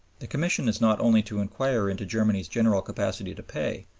the commission is not only to inquire into germany's general capacity to pay,